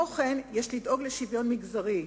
יש לדאוג גם לשוויון מגזרי.